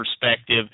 perspective